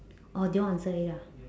oh dion answered it ah